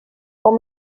com